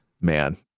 Man